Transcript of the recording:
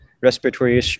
respiratory